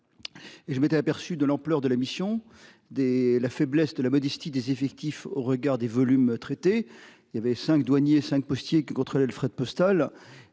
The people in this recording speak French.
je m'étais aperçu de l'ampleur de la mission des la faiblesse de la modestie des effectifs au regard des volumes traités il y avait 5 douaniers 5 postiers que contrôler le fret postal.